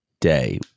day